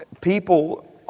People